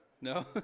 No